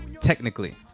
technically